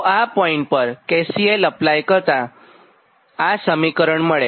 તો આ પોઇન્ટ પર KCL અપ્લાય કરતાં આસમીકરણ મળે